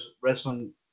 wrestling